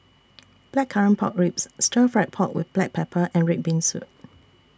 Blackcurrant Pork Ribs Stir Fried Pork with Black Pepper and Red Bean Soup